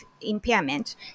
impairment